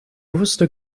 wusste